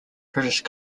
british